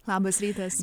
labas rytas